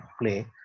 play